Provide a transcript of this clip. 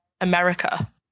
America